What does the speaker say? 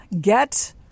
get